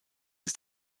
his